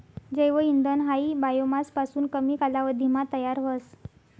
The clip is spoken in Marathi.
जैव इंधन हायी बायोमास पासून कमी कालावधीमा तयार व्हस